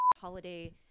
holiday